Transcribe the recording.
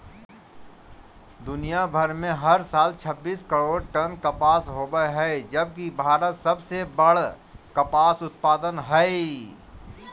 दुनियां भर में हर साल छब्बीस करोड़ टन कपास होव हई जबकि भारत सबसे बड़ कपास उत्पादक हई